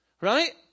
right